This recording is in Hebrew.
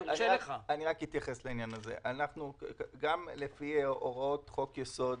גם לפי הוראות חוק-יסוד: